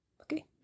Okay